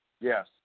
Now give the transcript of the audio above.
yes